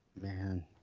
Man